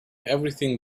everything